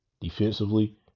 Defensively